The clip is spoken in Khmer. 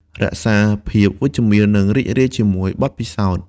រក្សាភាពវិជ្ជមាន និងរីករាយជាមួយបទពិសោធន៍។